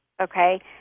okay